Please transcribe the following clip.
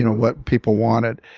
what people wanted.